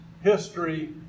history